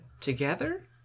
together